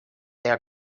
their